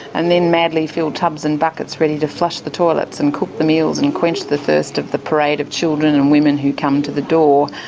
and then madly fill tubs and buckets ready to flush the toilets and cook the meals and quench the first of the parade of children and women who come to the door.